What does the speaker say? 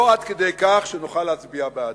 לא עד כדי כך שנוכל להצביע בעדה.